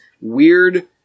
weird